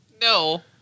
No